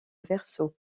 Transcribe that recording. verso